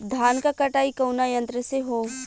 धान क कटाई कउना यंत्र से हो?